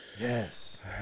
Yes